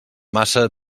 massa